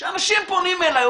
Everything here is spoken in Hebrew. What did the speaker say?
כשאנשים פונים אליי,